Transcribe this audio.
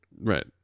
Right